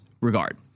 regard